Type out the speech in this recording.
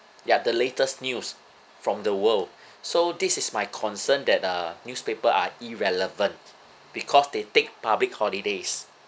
ya the latest news from the world so this is my concern that uh newspaper are irrelevant because they take public holidays